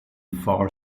far